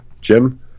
Jim